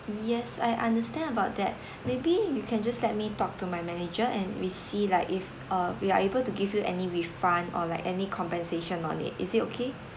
yes I understand about that maybe you can just let me talk to my manager and we see like if uh we are able to give you any refund or like any compensation on it is it okay